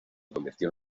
convirtió